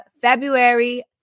February